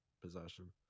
possession